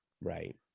Right